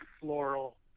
floral